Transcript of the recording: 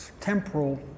temporal